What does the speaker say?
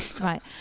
Right